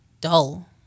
dull